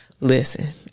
Listen